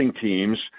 teams